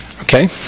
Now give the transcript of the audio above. Okay